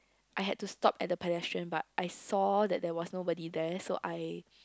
I had to stop at the pedestrian but I saw that there was nobody there so I